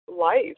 life